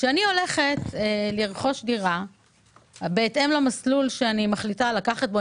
כשאני הולכת לרכוש דירה בהתאם למסלול שאני מחליטה ללכת בו,